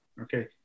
Okay